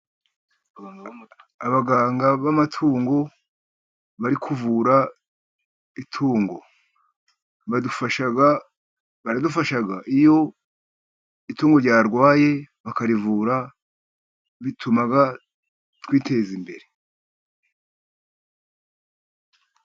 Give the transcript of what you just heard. Abaganga b'amatungo bari kuvura itungo. badufashaga baradufasha iyo itungo ryarwaye bakarivura, bituma twiteza imbere.